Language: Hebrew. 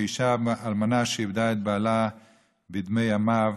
ואישה אלמנה איבדה את בעלה בדמי ימיו,